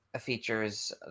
features